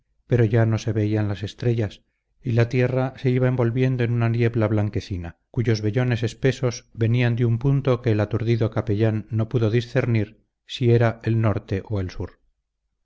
pero ya no se veían las estrellas y la tierra se iba envolviendo en una niebla blanquecina cuyos vellones espesos venían de un punto que el aturdido capellán no pudo discernir si era el norte o el sur